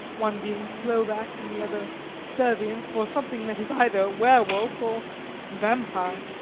one being slovak and the other servian for something that is either were-wolf or vampire.